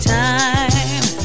time